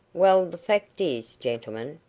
well, the fact is, gentlemen,